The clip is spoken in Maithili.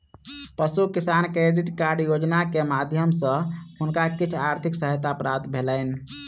पशु किसान क्रेडिट कार्ड योजना के माध्यम सॅ हुनका किछ आर्थिक सहायता प्राप्त भेलैन